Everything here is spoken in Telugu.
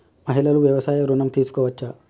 మహిళలు వ్యవసాయ ఋణం తీసుకోవచ్చా?